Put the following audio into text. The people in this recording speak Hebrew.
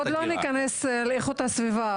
לא ניכנס לאיכות סביבה,